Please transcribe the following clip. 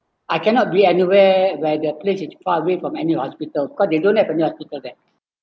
I cannot be anywhere where the place is far away from any hospital because they don't have any hospital there